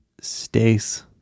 Stace